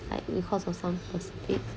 like because of some specific